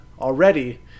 already